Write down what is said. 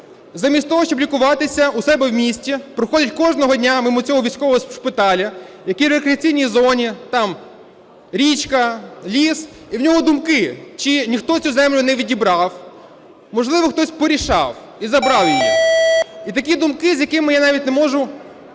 замість того, щоб лікуватися у себе в місті, проходить кожного дня мимо цього військового шпиталю, який в рекреаційній зоні – там річка, ліс, і в нього думки: чи ніхто цю землю не відібрав? Можливо, хтось порішав і забрав її? І такі думки, з якими я навіть не можу заперечити,